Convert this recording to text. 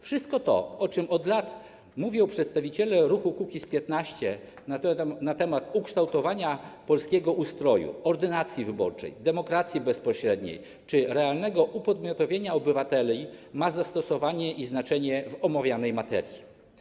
Wszystko to, o czym od lat mówią przedstawiciele ruchu Kukiz’15 na temat kształtowania polskiego ustroju, ordynacji wyborczej, demokracji bezpośredniej czy realnego upodmiotowienia obywateli, ma zastosowanie i znaczenie w omawianej materii.